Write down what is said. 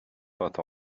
peinte